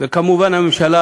וכמובן הממשלה